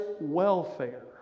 welfare